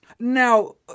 Now